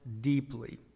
deeply